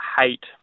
hate